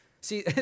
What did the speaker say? See